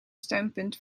steunpunt